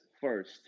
first